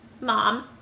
mom